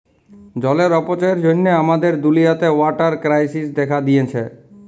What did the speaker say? জলের অপচয়ের জ্যনহে আমাদের দুলিয়াতে ওয়াটার কেরাইসিস্ দ্যাখা দিঁয়েছে